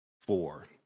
Four